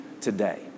today